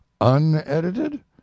unedited